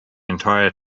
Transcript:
entire